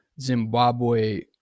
Zimbabwe